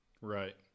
Right